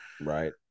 Right